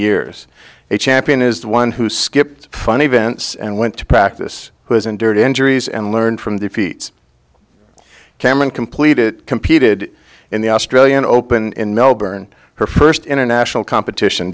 years a champion is one who skipped fun events and went to practice who has endured injuries and learned from the feats cameron completed competed in the australian open in melbourne her first international competition